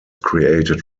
created